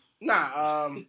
Nah